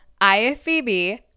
IFBB